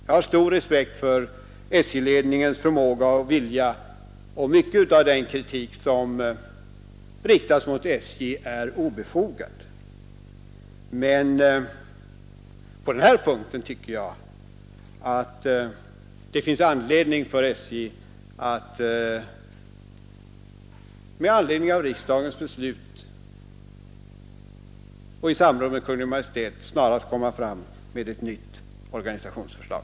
Jag har stor respekt för SJ-ledningens förmåga och vilja, och mycket av den kritik som riktas mot SJ är obefogad. Men på den här punkten tycker jag att det finns anledning att säga att SJ med anledning av riksdagens beslut och i samråd med Kungl. Maj:t snarast bör komma fram med ett nytt organisationsförslag.